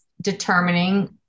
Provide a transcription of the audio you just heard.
determining